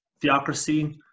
theocracy